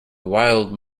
wild